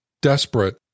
desperate